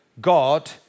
God